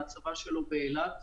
ההצבה שלו באילת.